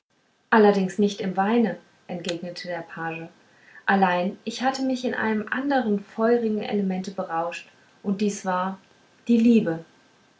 allerdings nicht im weine entgegnete der page allein ich hatte mich in einem andern feurigen elemente berauscht und dies war die liebe